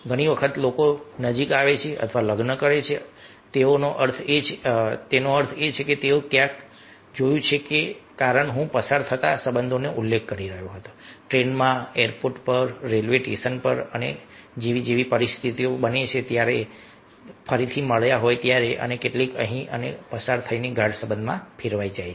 ઘણી વખત લોકો નજીક આવે છે અથવા લગ્ન કરે છે તેનો અર્થ એ છે કે તેઓએ ક્યાંક જોયું છે કારણ કે હું પસાર થતા સંબંધોનો ઉલ્લેખ કરી રહ્યો હતો ટ્રેનમાં એરપોર્ટ પર રેલ્વે સ્ટેશન અને પરિસ્થિતિ એવી બને છે કે તેઓ ફરી મળ્યા અને કેટલાક અહીં અને આ પસાર થઈને ગાઢ સંબંધમાં ફેરવાઈ ગયું